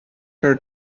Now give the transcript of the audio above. her